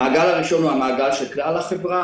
המעגל הראשון הוא המעגל של כלל החברה,